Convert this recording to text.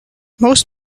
most